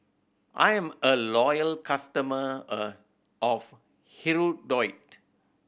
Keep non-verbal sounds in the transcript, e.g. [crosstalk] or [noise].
I'm a loyal customer [unintelligible] of Hirudoid